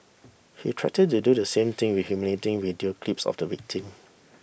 he threatened to do the same with humiliating video clips of the victim